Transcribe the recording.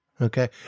okay